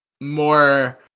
more